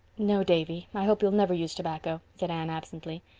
no, davy, i hope you'll never use tobacco, said anne absently.